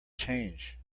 change